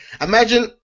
Imagine